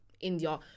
India